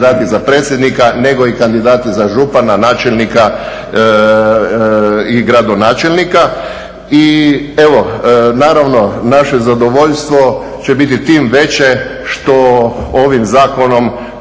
kandidati za predsjednika nego i kandidati za župana, načelnika i gradonačelnika. I evo, naravno naše zadovoljstvo će biti tim veće što ovim zakonom,